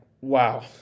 wow